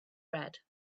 red